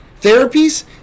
therapies